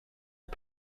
are